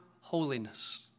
holiness